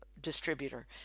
distributor